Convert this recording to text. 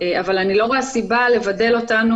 אבל אני לא רואה סיבה לבדל אותנו